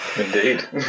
Indeed